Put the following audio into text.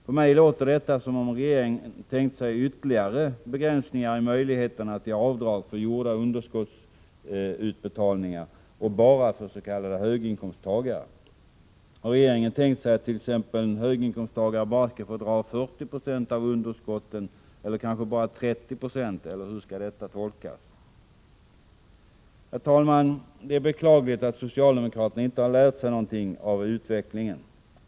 På mig låter detta som om regeringen tänkte sig ytterligare begränsningar i möjligheterna till underskottsavdrag avseende gjorda utbetalningar — och bara för s.k. höginkomsttagare. Har regeringen tänkt sig att t.ex. en höginkomsttagare bara skall få dra av 40 26 av underskotten, eller kanske bara 30 96, eller hur skall detta tolkas? Herr talman! Det är beklagligt att socialdemokraterna inte har lärt sig någonting av utvecklingen.